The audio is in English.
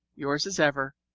yours as ever,